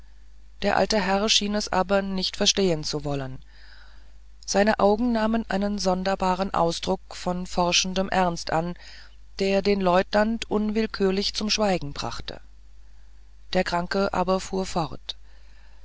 der alte herr schien es aber nicht verstehen zu wollen sein auge nahm einen sonderbaren ausdruck von forschendem ernst an der den leutnant unwillkürlich zum schweigen brachte der kranke aber fuhr fort